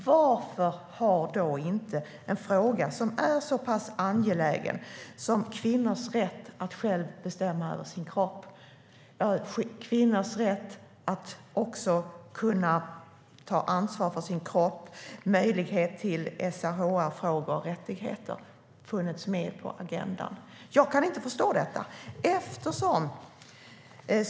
Varför har då inte en så pass angelägen fråga som kvinnors rätt att själva bestämma över och ta ansvar för sin kropp och deras möjlighet till SRHR funnits med på agendan? Jag kan inte förstå detta.